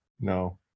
No